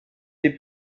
les